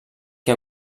que